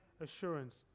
assurance